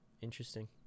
Interesting